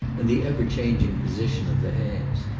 and the ever changing position of the hands.